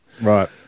Right